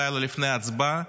לילה לפני ההצבעה,